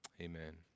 Amen